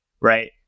right